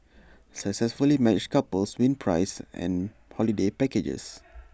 successfully matched couples win prize and holiday packages